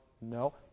no